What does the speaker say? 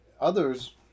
others